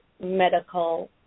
medical